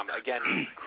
Again